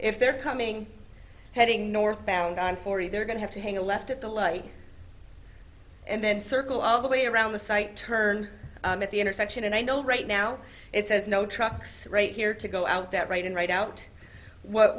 if they're coming heading northbound on forty they're going to have to hang a left at the light and then circle all the way around the site turn at the intersection and i know right now it says no trucks right here to go out that right and right out what